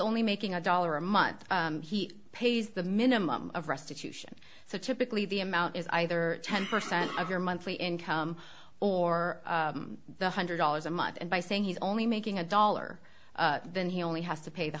only making a dollar a month he pays the minimum of restitution so typically the amount is either ten percent of your monthly income or the hundred dollars a month and by saying he's only making a dollar then he only has to pay the